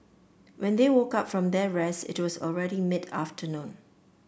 when they woke up from their rest it was already mid afternoon